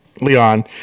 leon